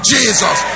Jesus